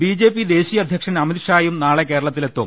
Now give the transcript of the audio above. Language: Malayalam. ബിജെപി ദേശീയ അധ്യക്ഷൻ അമിത് ഷായും നാളെ കേരളത്തി ലെത്തും